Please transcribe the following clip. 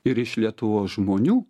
ir iš lietuvos žmonių